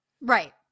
Right